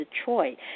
Detroit